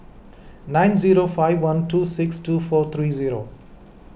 nine zero five one two six two four three zero